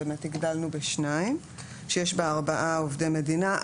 באמת הגדלנו בשניים כשיש בה ארבעה עובדי מדינה.